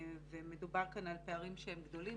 ומדובר כאן על פערים שהם גדולים.